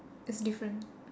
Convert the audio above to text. it's different